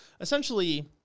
essentially